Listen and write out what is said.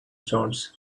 stones